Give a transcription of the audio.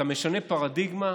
אתה משנה פרדיגמה,